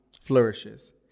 flourishes